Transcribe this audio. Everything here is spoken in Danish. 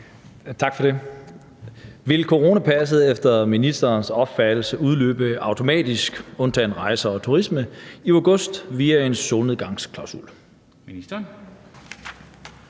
Tak for det. Vil coronapasset efter ministerens opfattelse udløbe automatisk, undtagen rejser og turisme, i august via en solnedgangsklausul?